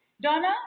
Donna